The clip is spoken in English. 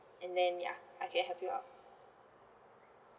and then ya I can help you out